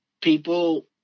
people